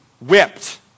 whipped